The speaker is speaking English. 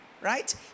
right